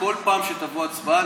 כל פעם שתבוא הצבעה,